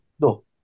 No